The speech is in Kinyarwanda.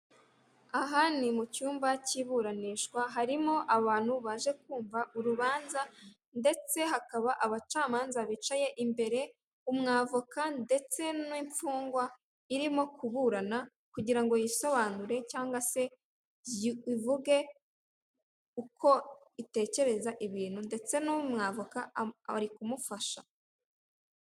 Aha ni mucyuma cy'ibiranishwa, harimo abantu baje kumva urubanza, ndetse hakaba abacamanza bicaye imbere, umwavoka ndetse n'imfungwa irimo kuburana kugira ngo yisobanure cyangwa se ivuge uko itekereza ibintu, ndetse n'umwavoka ari kumufasha.